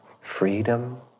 freedom